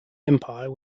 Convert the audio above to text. empire